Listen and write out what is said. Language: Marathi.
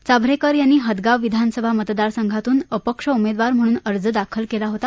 चाभरेकर यांनी हदगाव विधानसभा मतदार संघातून अपक्ष उमेदवार म्हणून अर्ज दाखल केली होता